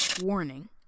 Warning